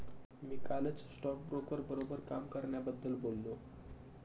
मी कालच स्टॉकब्रोकर बरोबर काम करण्याबद्दल बोललो